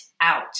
out